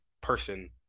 person